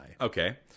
Okay